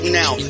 now